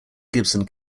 gibson